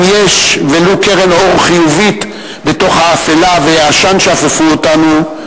אם יש ולו קרן אור חיובית בתוך האפלה והעשן שאפפו אותנו,